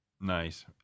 Nice